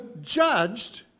judged